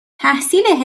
تحصیل